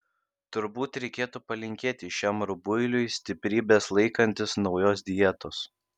turbūt reikėtų palinkėti šiam rubuiliui stiprybės laikantis naujos dietos